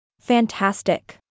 Fantastic